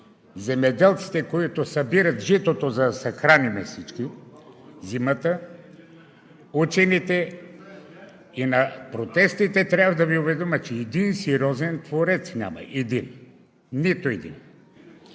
земеделците, които събират житото, за да се храним всички зимата, учените. На протестите трябва да Ви уведомя, че един сериозен творец няма – един. Нито един!